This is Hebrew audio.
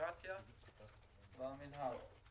הבירוקרטיה במינהל.